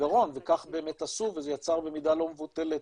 בגרון וכך באמת עשו וזה יצר במידה לא מבוטלת